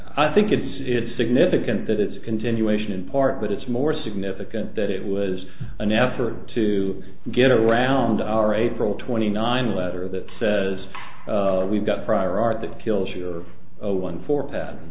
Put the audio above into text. i think it is significant that it's a continuation in part but it's more significant that it was an effort to get around our april twenty nine letter that says we've got a prior art that kills your one for pat